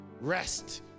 Rest